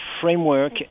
framework